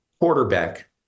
quarterback